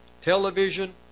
television